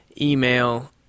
email